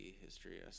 history